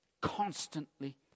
constantly